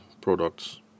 products